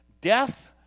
Death